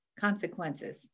consequences